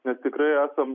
nes tikrai esam